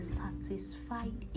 satisfied